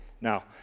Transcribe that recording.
Now